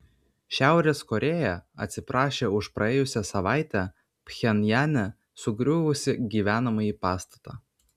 šiaurės korėja atsiprašė už praėjusią savaitę pchenjane sugriuvusį gyvenamąjį pastatą